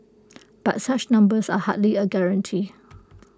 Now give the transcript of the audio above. but such numbers are hardly A guarantee